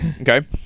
okay